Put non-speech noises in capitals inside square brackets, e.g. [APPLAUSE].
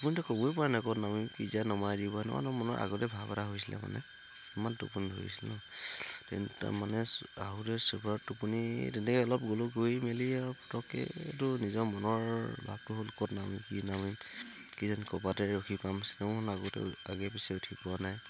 [UNINTELLIGIBLE] ক'বই পোৱা নাই ক'ত নামিম কি [UNINTELLIGIBLE] নমাই দিব নহয় ন মনৰ আগতে ভাৱ এটা হৈছিলে মানে ইমান টোপনি ধৰিছিল ন [UNINTELLIGIBLE] মানে আহোঁতে চোপাৰত টোপনি তেনেকে অলপ গ'লো গৈ মেলি আৰু পতকেটো নিজৰ মনৰ ভাবটো হ'ল ক'ত নামি কি নামি কি যোন [UNINTELLIGIBLE] ৰখি পাম চিনেখন আগতে আগে পিছোই উঠি পোৱা নাই